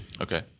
Okay